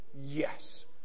Yes